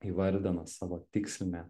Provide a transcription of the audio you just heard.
įvardina savo tikslinę